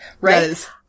Right